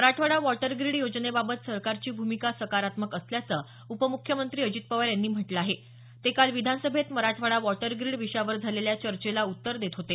Marathwada water grid योजनेबाबत सरकारची भूमिका सकारात्मक असल्याचं उपमुख्यमंत्री अजित पवार यांनी म्हटलं आहे ते काल विधान सभेत मराठवाडा वॉटर ग्रीड विषयावर झालेल्या चर्चेला उत्तर देत होते